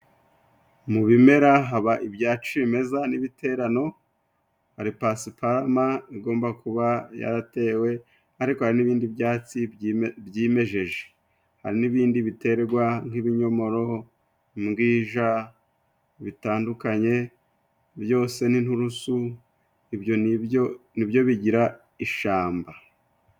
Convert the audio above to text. Mu bimera haba ibya cimeza n'ibiterano hari pasiparama igomba kuba yaratewe, ariko hari n'ibindi byatsi byimejeje, hari n'ibindi biterwa nk'ibinyomoro imbwija bitandukanye byose n'inturusu ibyo nibyo bigira ishamba.